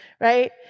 right